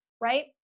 Right